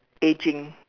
ageing